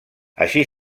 així